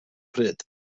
pryd